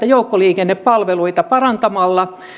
joukkoliikennepalveluita parantamalla